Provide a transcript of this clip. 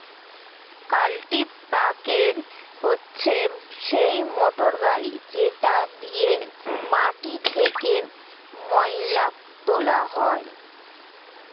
কাল্টিপ্যাকের হচ্ছে সেই মোটর গাড়ি যেটা দিয়ে মাটি থেকে ময়লা তোলা হয়